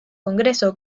congreso